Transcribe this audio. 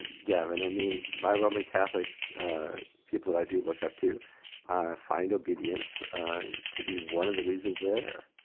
gavin. i mean my roman catholic people that i do look up to find obedience to be one of the reasons they're there,